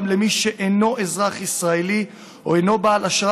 גם למי שאינו אזרח ישראלי או אינו בעל אשרה